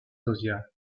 tauziat